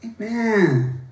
Amen